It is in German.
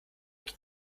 ging